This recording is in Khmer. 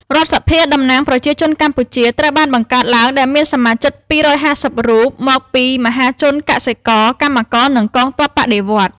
រដ្ឋសភាតំណាងប្រជាជនកម្ពុជាត្រូវបានបង្កើតឡើង ដែលមានសមាជិក ២៥០ រូប មកពីមហាជនកសិករ កម្មករ និងកងទ័ពបដិវត្តន៍។